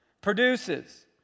produces